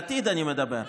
לעתיד אני מדבר.